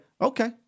okay